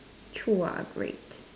chew are great